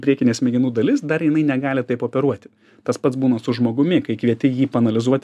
priekinė smegenų dalis dar jinai negali taip operuoti tas pats būna su žmogumi kai kvieti jį paanalizuot